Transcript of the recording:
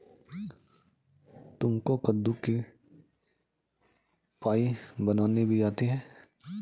तुमको कद्दू की पाई बनानी भी आती है?